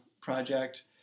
project